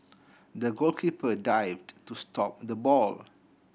the goalkeeper dived to stop the ball